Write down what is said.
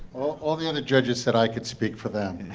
all the other judges said i could speak for them.